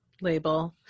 label